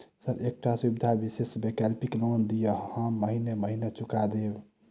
Sir एकटा सुविधा विशेष वैकल्पिक लोन दिऽ हम महीने महीने चुका देब?